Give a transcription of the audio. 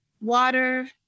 water